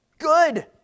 good